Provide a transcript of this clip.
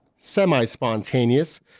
Semi-spontaneous